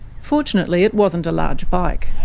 fortunately it wasn't a large bike.